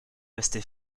rester